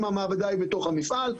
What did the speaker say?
אם המעבדה היא בתוך המפעל.